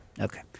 Okay